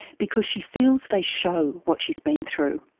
because she feels they show what's she's been through.